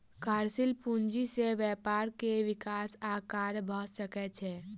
कार्यशील पूंजी से व्यापार के विकास आ कार्य भ सकै छै